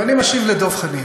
ואני משיב לדב חנין,